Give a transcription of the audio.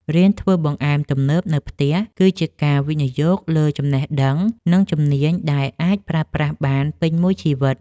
រៀនធ្វើបង្អែមទំនើបនៅផ្ទះ គឺជាការវិនិយោគលើចំណេះដឹង និងជំនាញដែលអាចប្រើប្រាស់បានពេញមួយជីវិត។